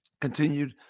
continued